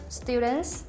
students